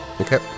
Okay